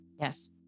Yes